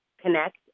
connect